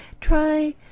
try